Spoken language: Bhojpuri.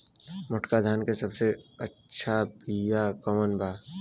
मोटका धान के सबसे अच्छा बिया कवन बा?